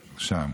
שם.